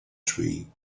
tree